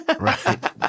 Right